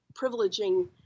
privileging